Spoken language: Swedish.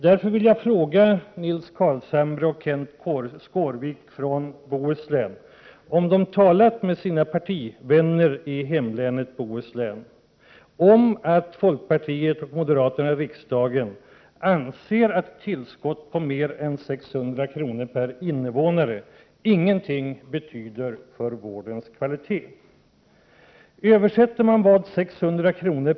Därför vill jag fråga Nils Carlshamre och Kenth Skårvik om de talat med sina partivänner i hemlänet Bohuslän om att folkpartiet och moderaterna i riksdagen anser att ett tillskott på nu mer än 600 kr. per invånare ingenting betyder för vårdens kvalitet. Översätter man vad 600 kr.